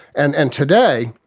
and and today,